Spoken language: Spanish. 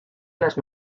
las